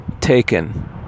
taken